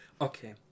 Okay